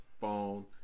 phone